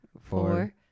Four